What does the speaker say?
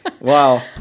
Wow